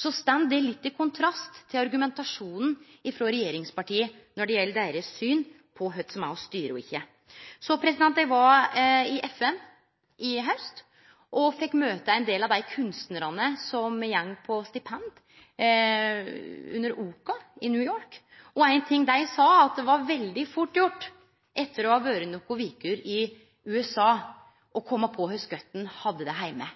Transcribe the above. står det litt i kontrast til argumentasjonen frå regjeringspartia når det gjeld deira syn på kva som er å styre, og ikkje. Eg var i FN i haust og fekk møte ein del av dei kunstnarane som mottek stipend under OCA i New York, og éin ting dei sa, var at det var veldig fort gjort, etter å ha vore nokre veker i USA, å kome på kor godt ein hadde det heime.